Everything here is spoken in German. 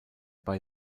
bei